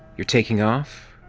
you're taking off?